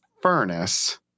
furnace